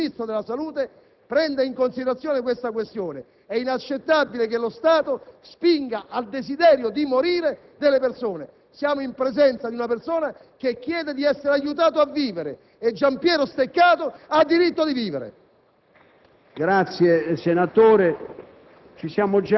Presidente, le chiedo di poter fare di tutto affinché il Ministro della salute prenda in considerazione tale questione: è inaccettabile che lo Stato spinga al desidero di morire delle persone. Siamo in presenza di una persona che chiede di essere aiutata a vivere e Gian Piero Steccato ha diritto di vivere.